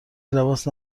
لباس